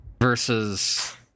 versus